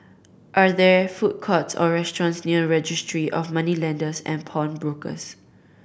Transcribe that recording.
are there food courts or restaurants near Registry of Moneylenders and Pawnbrokers